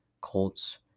Colts